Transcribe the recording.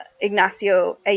Ignacio